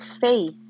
faith